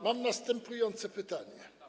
Mam następujące pytania.